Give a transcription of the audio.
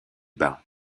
bas